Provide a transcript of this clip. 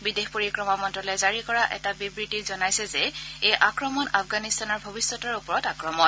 বিদেশ পৰিক্ৰমা মন্ত্যালয়ে জাৰি কৰা এটা বিবৃতি যোগে জনাইছে যে এই আক্ৰমণ আফগানিস্তানৰ ভৱিষ্যতৰ ওপৰত আক্ৰমণ